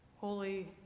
Holy